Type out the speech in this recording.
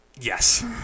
Yes